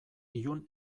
ilun